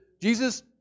Jesus